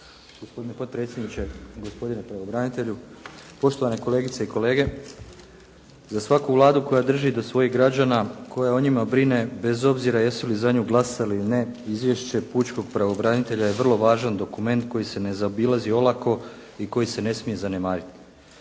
Gospodine potpredsjedniče, gospodine pravobranitelju, poštovane kolegice i kolege za svaku vladu koja drži do svojih građana, koja o njima brine bez obzira jesu li za nju glasali ili ne izvješće pučkog pravobranitelja je vrlo važan dokument koji se ne zaobilazi olako i koji se ne smije zanemariti.